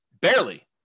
Barely